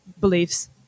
beliefs